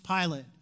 Pilate